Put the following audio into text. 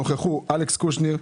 נכחו בו אלכס קושניר,